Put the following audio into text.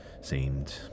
seemed